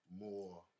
more